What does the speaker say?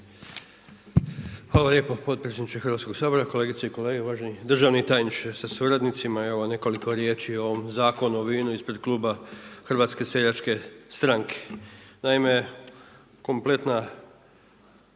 Hvala lijepo potpredsjedniče Hrvatskoga sabora, kolegice i kolege, uvaženi državni tajniče sa suradnicima. Evo nekoliko riječi o ovom Zakonu o vinu ispred kluba HSS-a. Naime, kompletna